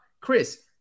Chris